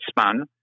spun